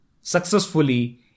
successfully